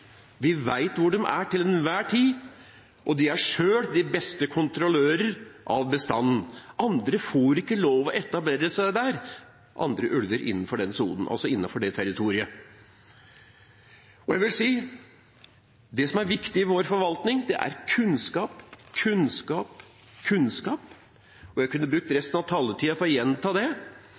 enhver tid. De er selv de beste kontrollører av bestanden. Andre ulver får ikke lov til å etablere seg innenfor det territoriet. Det som er viktig i vår forvaltning, er kunnskap, kunnskap og kunnskap. Jeg kunne brukt resten av taletiden på å gjenta det.